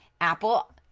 Apple